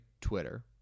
Twitter